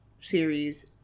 series